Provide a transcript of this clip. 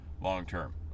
long-term